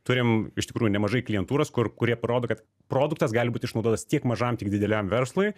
turim iš tikrųjų nemažai klientūros kur kurie parodo kad produktas gali būt išnaudotas tiek mažam tiek dideliam verslui